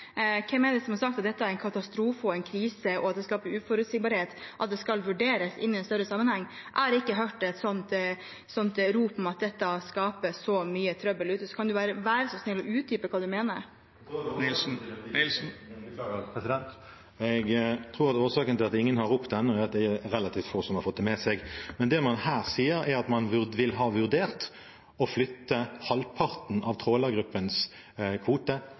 Hvem er det som har sagt at dette er en katastrofe og en krise, og at det skaper uforutsigbarhet at det skal vurderes i en større sammenheng? Jeg har ikke hørt et sånt rop om at dette skaper så mye trøbbel ute, så kan representanten være så snill å utdype hva han mener? Jeg tror at årsaken til at ingen har ropt ennå, er at det er relativt få som har fått det med seg. Det man her sier, er at man vil ha vurdert å flytte halvparten av trålergruppens kvote